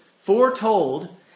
foretold